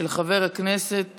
של חבר הכנסת